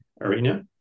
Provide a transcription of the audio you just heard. arena